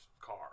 car